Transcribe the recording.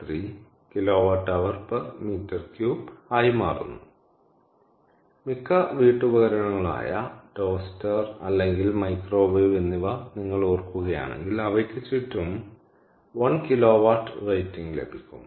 3kWHm3 ആയി മാറുന്നു മിക്ക വീട്ടുപകരണങ്ങളായ ടോസ്റ്റർ അല്ലെങ്കിൽ മൈക്രോവേവ് എന്നിവ നിങ്ങൾ ഓർക്കുകയാണെങ്കിൽ അവയ്ക്ക് ചുറ്റും 1kW റേറ്റിംഗ് ലഭിക്കും